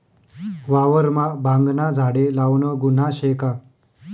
वावरमा भांगना झाडे लावनं गुन्हा शे का?